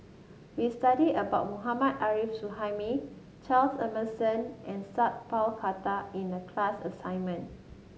we studied about Mohammad Arif Suhaimi Charles Emmerson and Sat Pal Khattar in the class assignment